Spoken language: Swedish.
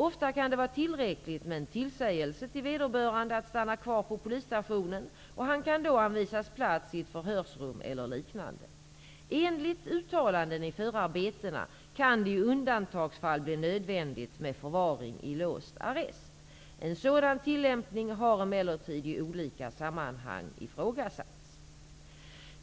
Ofta kan det vara tillräckligt med en tillsägelse till vederbörande att stanna kvar på polisstationen, och han kan då anvisas plats i ett förhörsrum eller liknande. Enligt uttalanden i förarbetena kan det i undantagsfall bli nödvändigt med förvaring i låst arrest . En sådan tillämpning har emellertid i olika sammanhang ifrågasatts